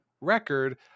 record